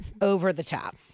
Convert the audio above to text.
over-the-top